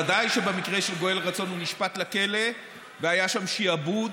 ודאי שבמקרה של גואל רצון הוא נשפט לכלא והיה שם שעבוד,